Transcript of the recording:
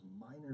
minor